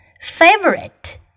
Favorite